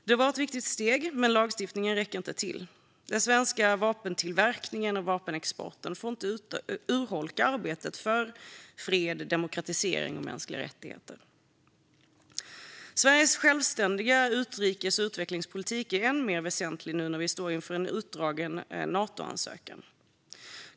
Det var ett viktigt steg, men lagstiftningen räcker inte till. Den svenska vapentillverkningen och vapenexporten får inte urholka arbetet för fred, demokratisering och mänskliga rättigheter. Sveriges självständiga utrikes och utvecklingspolitik är än mer väsentlig nu när vi står inför en utdragen Natoansökan.